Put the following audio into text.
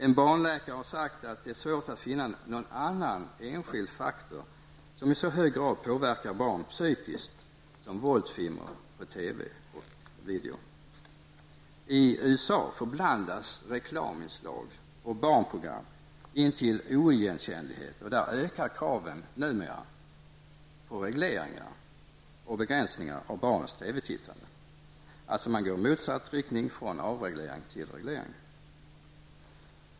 En barnläkare har sagt att det är svårt att finna någon annan enskild faktor som i så hög grad påverkar barn psykiskt som våldsfilmer på TV och video. I USA förblandas reklaminslag och barnprogram intill oigenkännlighet, och där ökar kraven numera på regleringar och begränsningar av barnens TV-tittande. Man går alltså i motsatt riktning, från avreglering till reglering.